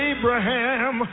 Abraham